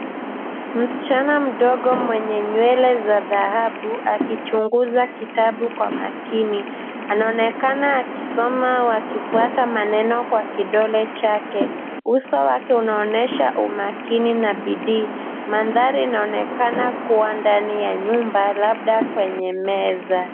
Msichana mdogo mwenye nywele za dhahabu akichunguza kitabu kwa makini. Anaonekana akisoma wakifuata maneno kwa kidole chake. Uso wake unaonyesha umakini na bidii. Mandhari inaonekana kuwa ndani ya nyumba labda kwenye meza.